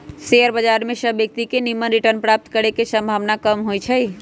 share बजार में सभ व्यक्तिय के निम्मन रिटर्न प्राप्त करे के संभावना कम होइ छइ